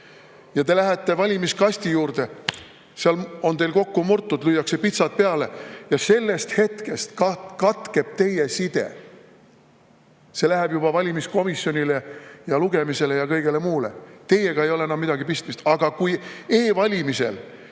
te lähete valimiskasti juurde, see [paber] on teil kokku murtud, lüüakse pitsat peale, ja sellest hetkest katkeb teie side sellega. See läheb juba valimiskomisjoni ja lugemisele ja igale poole mujale. Teiega ei ole sel enam midagi pistmist. Aga kui e‑valimistel